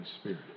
Spirit